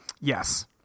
Yes